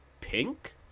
pink